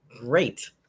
Great